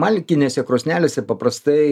malkinėse krosnelėse paprastai